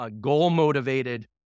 goal-motivated